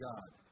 God